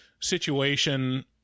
situation